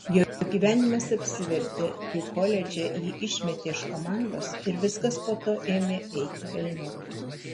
jo gyvenimas apsivertė kai koledže jį išmetė iš komandos ir viskas po to ėmė eiti velniop